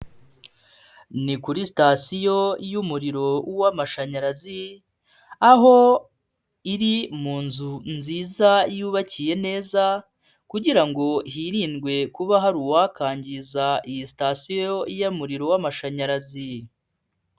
Ni kuri sitasiyo y'umuriro w'amashanyarazi aho iri mu nzu nziza yubakiye neza kugira ngo hirindwe kuba hari uwakangiza iyi sitasiyo y'umuriro w'amashanyarazi.